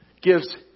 gives